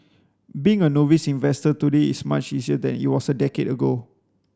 being a novice investor today is much easier than it was a decade ago